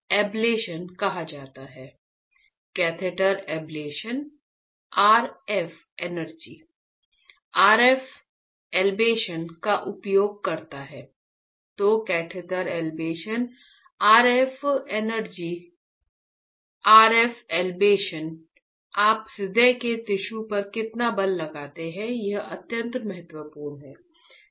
तो catheter ablation RF energy RF ablation आप हृदय के टिश्यू पर कितना बल लगाते हैं यह अत्यंत महत्वपूर्ण है